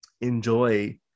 enjoy